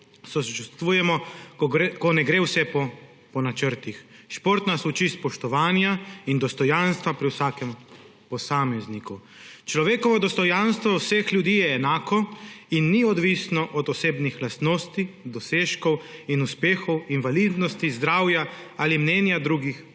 sočustvujemo, ko ne gre vse po načrtih. Šport nas uči spoštovanja in dostojanstva pri vsakem posamezniku. Človekovo dostojanstvo vseh ljudi je enako in ni odvisno od osebnih lastnosti, dosežkov in uspehov, invalidnosti, zdravja ali mnenja drugih ljudi.